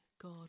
God